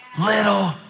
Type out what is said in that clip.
little